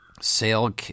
Sale